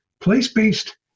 Place-based